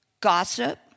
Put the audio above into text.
gossip